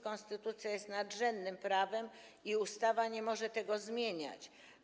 Konstytucja jest nadrzędnym prawem i ustawa nie może tego zmieniać.